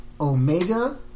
Omega